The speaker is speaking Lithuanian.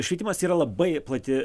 švietimas yra labai plati